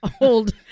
Old